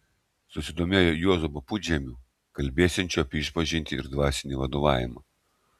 susidomėjo juozapu pudžemiu kalbėsiančiu apie išpažintį ir dvasinį vadovavimą